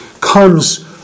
comes